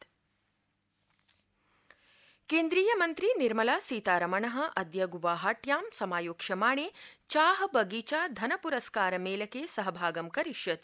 वित्तमन्त्री केन्द्रीय मन्त्री निर्मला सीतारमण अद्य ग्वाहाट्यां समायोक्ष्यमाणे चाह बगीचा धन प्रस्कार मेलके सहभागं करिष्यति